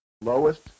lowest